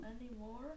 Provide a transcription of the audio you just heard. anymore